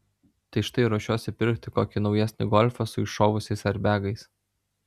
tai štai ruošiuosi pirkti kokį naujesnį golfą su iššovusiais airbegais